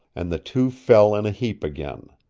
and the two fell in a heap again.